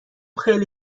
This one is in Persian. خیلی